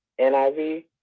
NIV